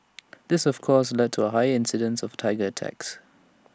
this of course led to higher incidences of Tiger attacks